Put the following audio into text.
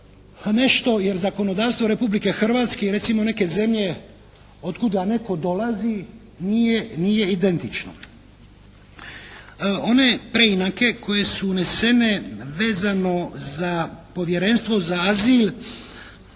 nešto, jer zakonodavstvo Republike Hrvatske recimo i neke zemlje od kuda netko dolazi nije identično. One preinake koje su unesene vezano za Povjerenstvo za azil